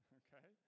okay